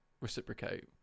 reciprocate